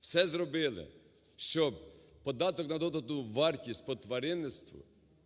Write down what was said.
все зробили, щоб податок на додану вартість по тваринництву,